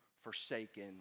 forsaken